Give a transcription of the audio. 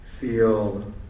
feel